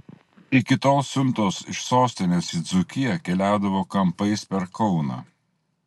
iki tol siuntos iš sostinės į dzūkiją keliaudavo kampais per kauną